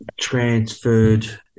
transferred